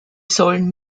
sollen